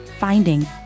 finding